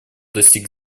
достиг